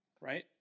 Right